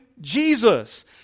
Jesus